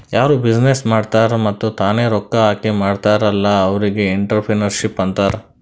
ಯಾರು ಬಿಸಿನ್ನೆಸ್ ಮಾಡ್ತಾರ್ ಮತ್ತ ತಾನೇ ರೊಕ್ಕಾ ಹಾಕಿ ಮಾಡ್ತಾರ್ ಅಲ್ಲಾ ಅವ್ರಿಗ್ ಎಂಟ್ರರ್ಪ್ರಿನರ್ಶಿಪ್ ಅಂತಾರ್